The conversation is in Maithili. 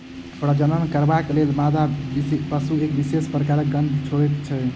प्रजनन करबाक लेल मादा पशु एक विशेष प्रकारक गंध छोड़ैत छै